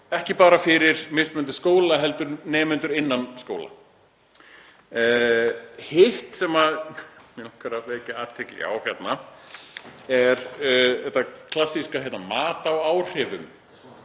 ekki bara fyrir mismunandi skóla heldur nemendur innan skóla. Hitt sem mig langar að vekja athygli á hérna er þetta klassíska mat á áhrifum.